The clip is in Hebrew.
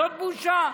זו בושה.